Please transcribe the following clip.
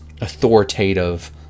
authoritative